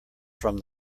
from